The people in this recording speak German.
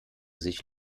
sich